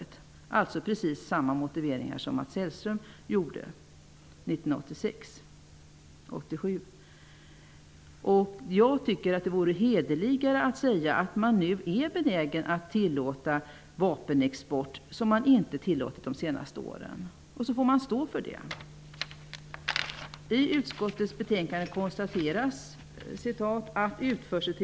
Det är alltså precis samma motivering som Mats Det vore hederligare att säga att man nu är benägen att tillåta vapenexport som man inte tillåtit under de senaste åren, och sedan får man stå för det.